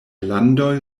landoj